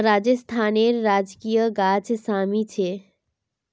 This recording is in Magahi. राजस्थानेर राजकीय गाछ शमी छे